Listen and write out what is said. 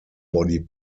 body